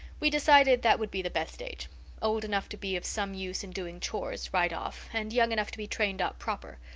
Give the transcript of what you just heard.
we decided that would be the best age old enough to be of some use in doing chores right off and young enough to be trained up proper.